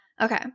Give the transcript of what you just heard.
Okay